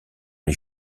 les